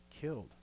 killed